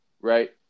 right